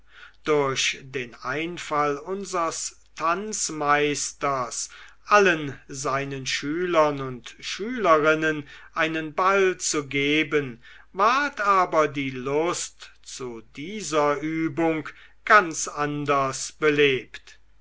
durch den einfall unsers tanzmeisters allen seinen schülern und schülerinnen einen ball zu geben ward aber die lust zu dieser übung ganz anders belebt